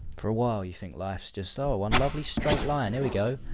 for a while you think life's just, oh! one lovely straight line, there we go!